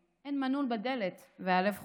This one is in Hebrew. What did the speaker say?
/ אין מנעול בדלת והלב חופשי.